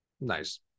Nice